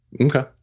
Okay